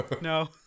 No